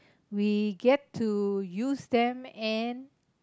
we get to use them and